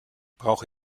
brauche